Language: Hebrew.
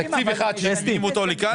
תקציב אחד שהם מביאים אותו לכאן,